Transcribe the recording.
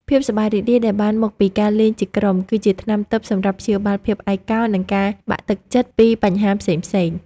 ភាពសប្បាយរីករាយដែលបានមកពីការលេងជាក្រុម គឺជាថ្នាំទិព្វសម្រាប់ព្យាបាលភាពឯកោ និងការបាក់ទឹកចិត្តពីបញ្ហាផ្សេងៗ។